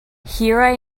here